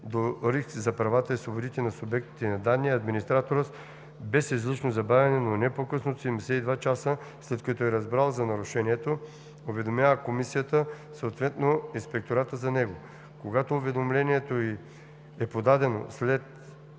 до риск за правата и свободите на субектите на данни, администраторът, без излишно забавяне, но не по-късно от 72 часа след като е разбрал за нарушението, уведомява комисията, съответно инспектората за него. Когато уведомлението е подадено след